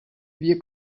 wir